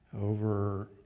over